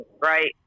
right